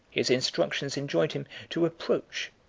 his instructions enjoined him to approach,